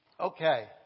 Okay